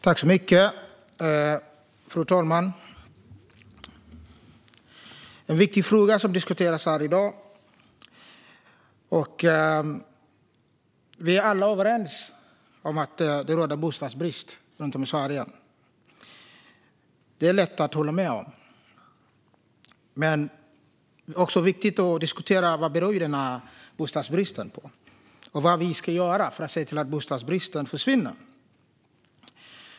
Fru talman! Det är en viktig fråga som diskuteras här i dag. Vi är alla överens om att det råder bostadsbrist runt om i Sverige. Det är lätt att hålla med om, men det är viktigt att också diskutera vad bostadsbristen beror på och vad vi ska göra för att se till att den försvinner.